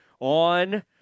on